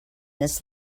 this